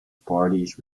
parties